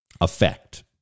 effect